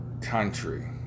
country